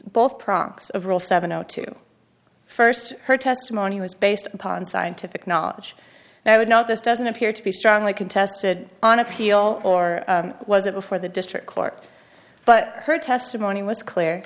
both progs of rule seven zero two first her testimony was based upon scientific knowledge now would not this doesn't appear to be strongly contested on appeal or was it before the district court but her testimony was clear